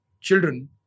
children